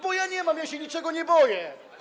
Bo ja nie mam, ja się niczego nie boję.